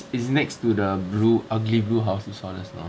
it's next to the blue ugly blue house you saw just now